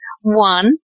One